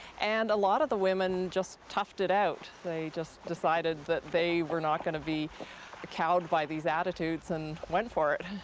and a lot of the women just toughed it out. they just decided that they were not going to be cowed by these attitudes and went for it.